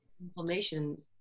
inflammation